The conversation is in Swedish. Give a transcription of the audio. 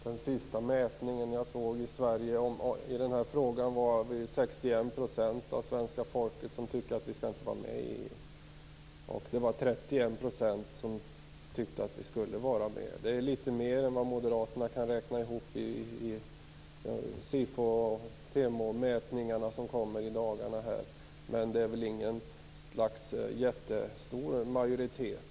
Fru talman! Den sista mätning av opinionen i Sverige som jag har sett i den här frågan visade att 61 % av svenska folket tyckte att Sverige inte skall vara med i EU. 31 % tyckte att vi skulle vara med. Det är litet mer än vad Moderaterna kan räkna med i de SIFO och TEMO-mätningar som kommer i dagarna, men det är inte någon jättestor majoritet.